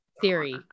theory